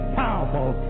powerful